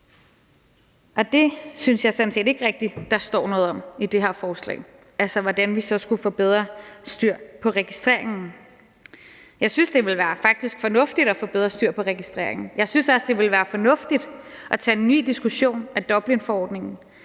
Det synes jeg sådan set ikke rigtig der står noget om i det her forslag, altså hvordan vi så skulle få bedre styr på registreringen. Jeg synes faktisk, det ville være fornuftigt at få bedre styr på registreringen. Jeg synes også, det ville være fornuftigt at tage en ny diskussion af Dublinforordningen,